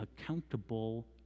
accountable